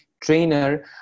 trainer